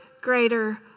greater